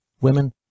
Women